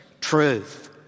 truth